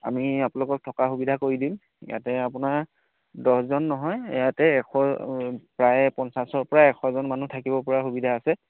আমি আপোনালোকক থকাৰ সুবিধা কৰি দিম ইয়াতে আপোনাৰ দহজন নহয় ইয়াতে এশ প্ৰায় পঞ্চাছৰ পৰা এশজন মানুহ থাকিব পৰা সুবিধা আছে